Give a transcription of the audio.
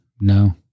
No